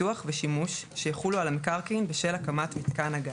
פיתוח ושימוש שיחולו על המקרקעין בשל הקמת מיתקן הגז,